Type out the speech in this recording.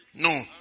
No